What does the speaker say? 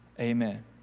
amen